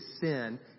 sin